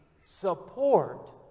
support